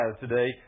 today